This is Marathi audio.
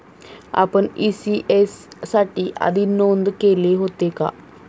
आपण इ.सी.एस साठी आधी नोंद केले होते का?